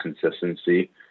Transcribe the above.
consistency